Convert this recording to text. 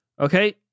Okay